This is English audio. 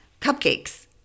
cupcakes